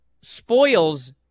spoils